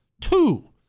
Two